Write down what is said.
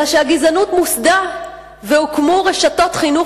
אלא שהגזענות מוסדה והוקמו רשתות חינוך